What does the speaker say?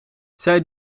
zij